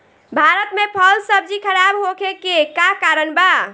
भारत में फल सब्जी खराब होखे के का कारण बा?